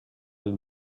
elle